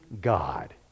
God